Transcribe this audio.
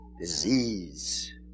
Disease